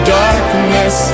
darkness